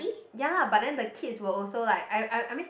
ya lah but then the kids will also like I I I mean